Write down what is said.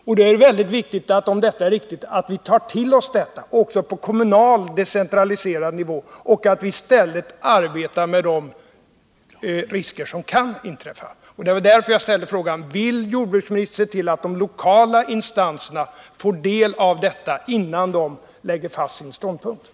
Om detta är riktigt är det väldigt viktigt att vi utgår från det också på kommunal, decentraliserad nivå och att vi inriktar oss på vad som kan inträffa. Det var därför jag ställde frågan: Vill jordbruksministern se till att de lokala instanserna får del av detta innan de lägger fast sina ståndpunkter?